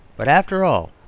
but after all,